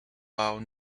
while